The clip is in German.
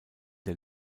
der